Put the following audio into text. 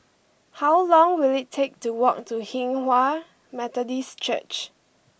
how long will it take to walk to Hinghwa Methodist Church